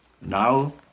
Now